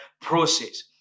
process